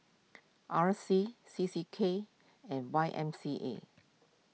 R C C C K and Y M C A